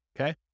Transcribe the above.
Okay